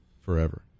Forever